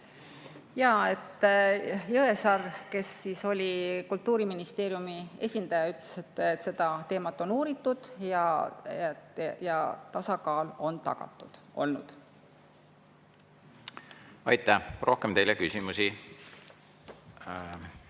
Jaa! Jõesaar, kes oli Kultuuriministeeriumi esindaja, ütles, et seda teemat on uuritud ja tasakaal on olnud tagatud. Aitäh! Rohkem teile küsimusi